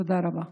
תודה רבה.